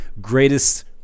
greatest